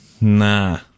Nah